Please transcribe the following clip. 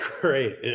great